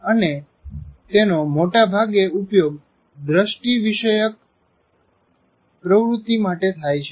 અને તેનો મોટા ભાગે ઉપયોગ દૃષ્ટિવિષ્યક પ્રવૃત્તિ માટે થાય છે